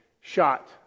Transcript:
shot